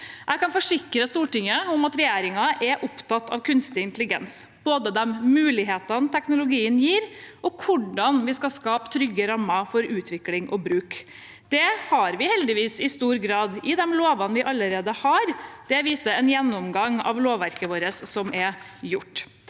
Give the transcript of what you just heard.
Jeg kan forsikre Stortinget om at regjeringen er opptatt av kunstig intelligens – både de mulighetene teknologien gir, og hvordan vi skal skape trygge rammer for utvikling og bruk. Det har vi heldigvis i stor grad i de lovene vi allerede har. Det viser en gjennomgang av lovverket vårt som er gjort.